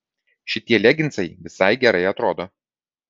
šitie leginsai visai gerai atrodo